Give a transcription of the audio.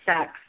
sex